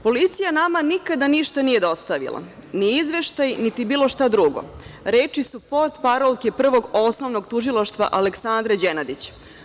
Policija nama nikada ništa nije dostavila, ni izveštaj, ni bilo šta drugo, reči su potparlolke Prvog osnovnog tužilaštva, Aleksandre Đenadić.